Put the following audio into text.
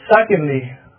secondly